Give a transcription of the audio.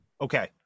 Okay